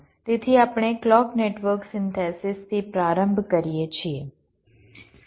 તેથી આપણે clock network સિન્થેસીસથી પ્રારંભ કરીએ છીએ